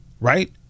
right